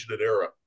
era